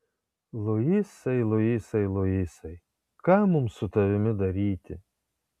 luisai luisai luisai ką mums su tavimi daryti